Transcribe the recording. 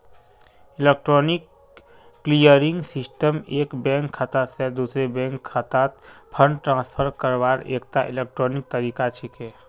electronic clearing system एक bank खाता स दूसरे बैंक खातात फंड ट्रांसफर करवार एकता इलेक्ट्रॉनिक तरीका छिके